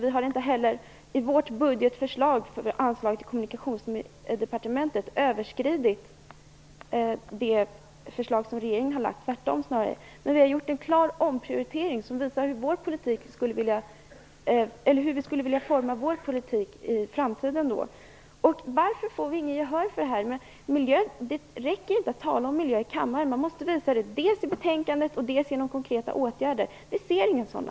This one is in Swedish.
Vi har inte heller i vårt budgetförslag, med tanke på ansvaret inför Kommunikationsdepartementet, överskridit det förslag som regeringen har lagt fram. Snarare är det tvärtom. Men vi har gjort en klar omprioritering som visar hur vi skulle vilja forma politiken i framtiden. Varför får vi inget gehör för det här? Det räcker inte att tala om miljön i kammaren. Man måste ha med frågan i betänkandet och vidta konkreta åtgärder. Vi ser inga sådana.